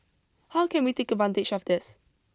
how can we take advantage of this